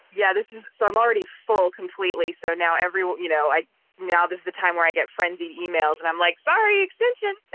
yeah, this is so i'm already full completely. so now every you know, i now this is the time where i get frenzied emails. and i'm like, sorry, extension